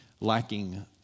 lacking